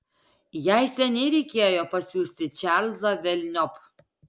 jai seniai reikėjo pasiųsti čarlzą velniop